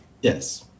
Yes